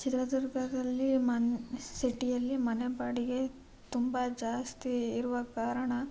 ಚಿತ್ರದುರ್ಗದಲ್ಲಿ ಸಿಟಿಯಲ್ಲಿ ಮನೆ ಬಾಡಿಗೆ ತುಂಬ ಜಾಸ್ತಿ ಇರುವ ಕಾರಣ